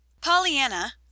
Pollyanna